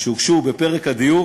שהוגשו בפרק הדיור